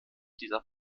dieser